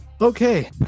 Okay